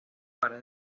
para